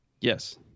Yes